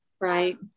Right